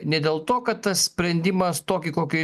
ne dėl to kad tas sprendimas tokį kokį